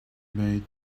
made